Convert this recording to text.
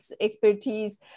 expertise